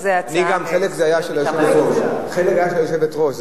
חלק היה של היושבת-ראש,